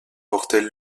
portait